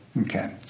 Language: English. Okay